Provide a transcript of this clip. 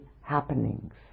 happenings